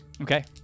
Okay